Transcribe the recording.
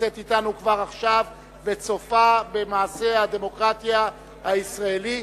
הנמצאת אתנו כבר עכשיו וצופה במעשה הדמוקרטיה הישראלי.